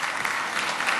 (נושא דברים בשפה האנגלית, להלן